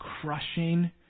crushing